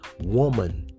woman